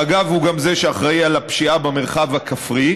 מג"ב הוא גם זה שאחראי על הפשיעה במרחב הכפרי,